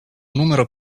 numero